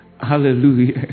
Hallelujah